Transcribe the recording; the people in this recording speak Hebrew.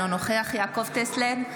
אינו נוכח יעקב טסלר,